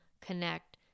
connect